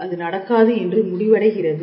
அது நடக்காது என்று முடிவடைகிறது